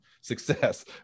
success